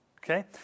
Okay